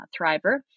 thriver